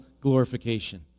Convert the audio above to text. glorification